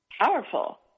powerful